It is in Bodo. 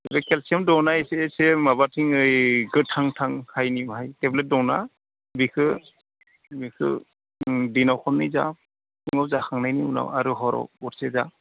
बे केलसियाम दङना एसे एसे माबाथिं ओइ गोथांथां थाइपनि बाहाय टेबलेट दङना बेखौ दिनाव खननै जा फुङाव जाखांनायनि उनाव आरो हराव गरसे जा